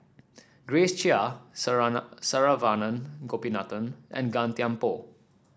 Grace Chia Saravanan Gopinathan and Gan Thiam Poh